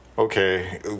Okay